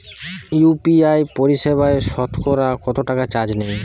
UPI পরিসেবায় সতকরা কতটাকা চার্জ নেয়?